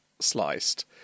sliced